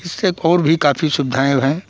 इससे और भी काफ़ी सुविधाएँ हैं